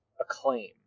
acclaim